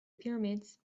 pyramids